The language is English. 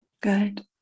Good